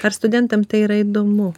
ar studentam tai yra įdomu